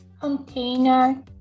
Container